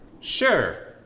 Sure